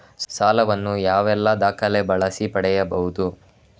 ಸಾಲ ವನ್ನು ಯಾವೆಲ್ಲ ದಾಖಲೆ ಬಳಸಿ ಪಡೆಯಬಹುದು?